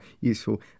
useful